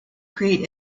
create